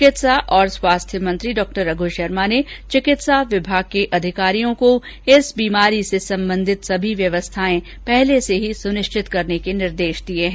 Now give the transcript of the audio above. चिकित्सा और स्वास्थ्य मंत्री डॉ रघु शर्मा ने चिकित्सा विभाग के अधिकारियों को इस बीमारी से संबंधित सभी व्यवस्थाएं पहले से ही सुनिश्चित करने के निर्देश दिये है